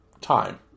Time